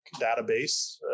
database